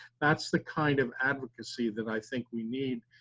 that's the kind of advocacy that i think we need,